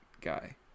guy